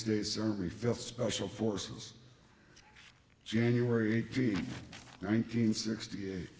states army feel special forces january eighteen nineteen sixty eight